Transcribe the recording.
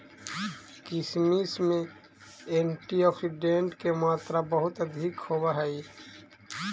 किशमिश में एंटीऑक्सीडेंट के मात्रा बहुत अधिक होवऽ हइ